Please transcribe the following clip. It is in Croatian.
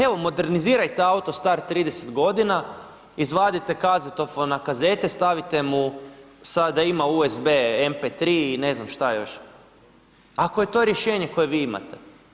Evo modernizirajte auto star 30 godina, izvadite kazetofon na kazete, stavite mu sad da ima USB, mp3 i ne znam šta još, ako je to rješenje koje vi imate.